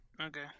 Okay